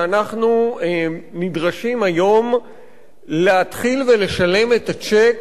שאנחנו נדרשים היום להתחיל ולשלם את הצ'ק